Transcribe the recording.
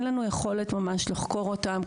ואין לנו ממש יכולת לחקור אותם,